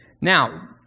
Now